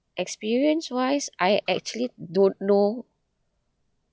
experience wise I actually don't know